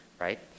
right